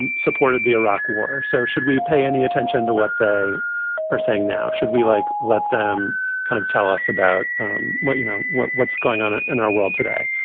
and supported the iraq war. so should we pay any attention to what they are saying now? should we, like, let them kind of tell us about what you know, what's going on in our world today?